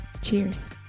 Cheers